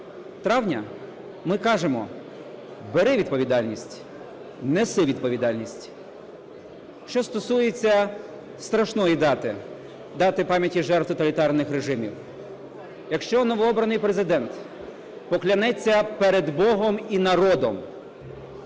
травня, ми кажемо: бери відповідальність, неси відповідальність. Що стосується страшної дати – дати пам'яті жертв тоталітарних режимів. Якщо новообраний Президент поклянеться перед Богом і народом